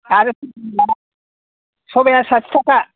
आरो माबा सबाइआ साथि थाका